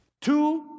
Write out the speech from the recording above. Two